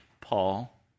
paul